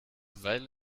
weil